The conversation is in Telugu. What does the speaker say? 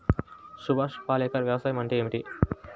సుభాష్ పాలేకర్ వ్యవసాయం అంటే ఏమిటీ?